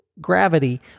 gravity